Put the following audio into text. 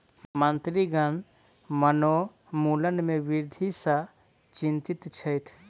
मंत्रीगण वनोन्मूलन में वृद्धि सॅ चिंतित छैथ